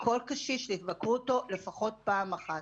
שיבקרו כל קשיש לפחות פעם אחת.